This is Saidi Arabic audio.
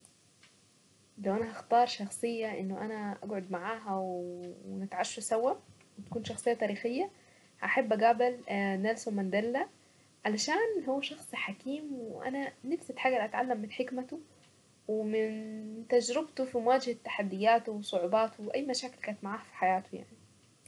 لون انا هختار شخصية انه انا اقعد معاها ونتعشى سوا وتكون شخصية تاريخية احب اقابل نيلسون مانديلا. علشان هو شخص حكيم وانا نفسي في حاجة اتعلم من حكمته ومن تجربته في مواجهة تحدياته وصعوباته واي مشاكل كانت معاه في حياته يعني.